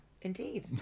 indeed